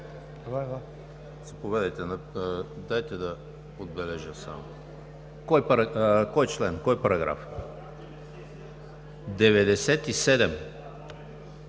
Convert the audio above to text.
Дайте да отбележа само. Кой член, кой параграф?